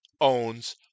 owns